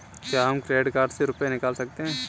क्या हम credit card से रुपये निकाल सकते हैं?